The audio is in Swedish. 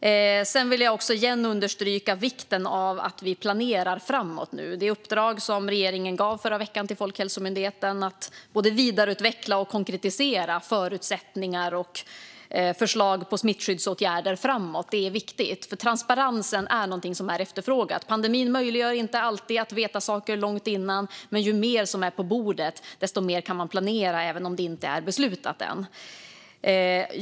Jag vill åter understryka vikten av att vi nu planerar framåt. Det uppdrag som regeringen förra veckan gav Folkhälsomyndigheten att vidareutveckla och konkretisera förutsättningar och förslag på smittskyddsåtgärder framöver är viktigt, för transparens är någonting som är efterfrågat. Pandemin möjliggör inte alltid att veta saker långt i förväg, men ju mer som är på bordet, desto mer kan man planera, även om det inte är beslutat än.